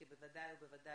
כי בוודאי ובוודאי